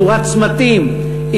תאורת צמתים,